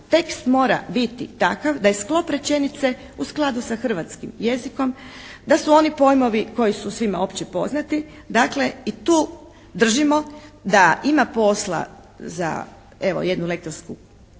tekst mora biti takav da je sklop rečenice u skladu sa hrvatskim jezikom, da su oni pojmovi koji su svima opće poznati, dakle i tu držimo da ima posla za evo jednu lektorsku